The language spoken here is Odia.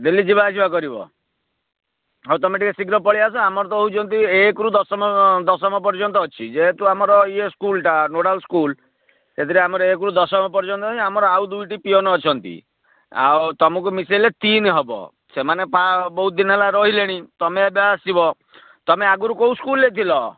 ଡେଲି ଯିବା ଆସିବା କରିବ ହଉ ତମେ ଟିକେ ଶୀଘ୍ର ପଳାଇ ଆସ ଆମର ତ ହେଉଛନ୍ତି ଏକରୁ ଦଶମ ଦଶମ ପର୍ଯ୍ୟନ୍ତ ଅଛି ଯେହେତୁ ଆମର ଇଏ ସ୍କୁଲଟା ନୋଡ଼ାଲ୍ ସ୍କୁଲ ଏଥିରେ ଆମର ଏକରୁ ଦଶମ ପର୍ଯ୍ୟନ୍ତ ଆମର ଆଉ ଦୁଇଟି ପିଅନ ଅଛନ୍ତି ଆଉ ତମକୁ ମିଶାଇଲେ ତିନି ହେବ ସେମାନେ ବହୁତ ଦିନ ହେଲା ରହିଲେଣି ତମେ ଏବେ ଆସିବ ତମେ ଆଗରୁ କେଉଁ ସ୍କୁଲରେ ଥିଲ